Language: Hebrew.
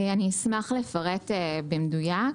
אשמח לפרט במדויק.